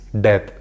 death